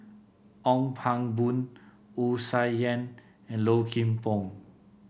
Ong Pang Boon Wu Tsai Yen and Low Kim Pong